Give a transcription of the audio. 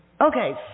Okay